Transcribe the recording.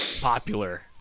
popular